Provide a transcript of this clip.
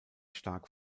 stark